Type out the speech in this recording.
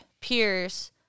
peers